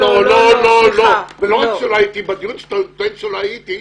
לא שלא הייתי בדיון שאתה טוען שלא הייתי,